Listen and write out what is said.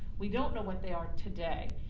we don't know what they are today.